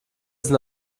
sind